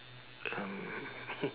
um